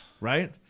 Right